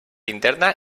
interna